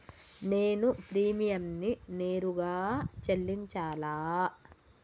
నేను ప్రీమియంని నేరుగా చెల్లించాలా?